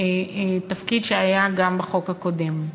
תפקיד שהיה גם בחוק הקודם.